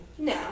No